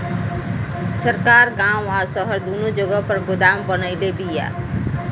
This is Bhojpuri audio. सरकार गांव आ शहर दूनो जगह पर गोदाम बनवले बिया